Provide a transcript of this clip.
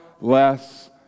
less